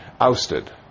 ousted